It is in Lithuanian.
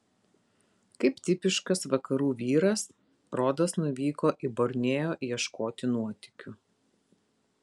kaip tipiškas vakarų vyras rodas nuvyko į borneo ieškoti nuotykių